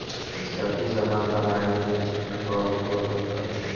सजावटी सामान बनावे में भी जूट कअ उपयोग होत हवे